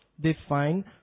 define